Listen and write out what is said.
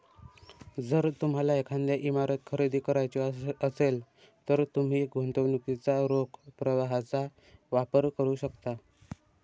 जर तुम्हाला एखादी इमारत खरेदी करायची असेल, तर तुम्ही गुंतवणुकीच्या रोख प्रवाहाचा वापर करू शकता